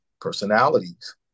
personalities